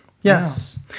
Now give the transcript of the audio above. Yes